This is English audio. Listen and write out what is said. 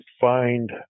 find